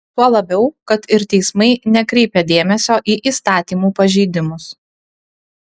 tuo labiau kad ir teismai nekreipia dėmesio į įstatymų pažeidimus